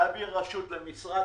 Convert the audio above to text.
להעביר רשות למשרד,